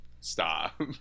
Stop